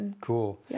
Cool